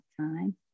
time